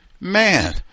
man